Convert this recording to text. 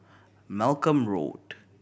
Malcolm Road